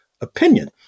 opinion